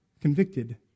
convicted